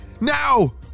now